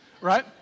right